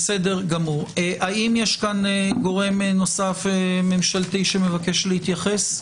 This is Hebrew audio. האם יש פה גורם נוסף ממשלתי שמבקש להתייחס?